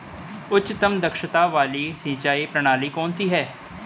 उच्चतम दक्षता वाली सिंचाई प्रणाली कौन सी है?